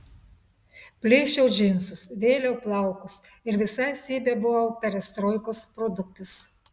plėšiau džinsus vėliau plaukus ir visa esybe buvau perestroikos produktas